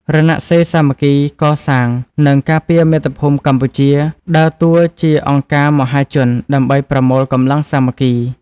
រណសិរ្សសាមគ្គីកសាង និងការពារមាតុភូមិកម្ពុជា ដើរតួជាអង្គការមហាជនដើម្បីប្រមូលកម្លាំងសាមគ្គី។